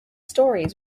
stories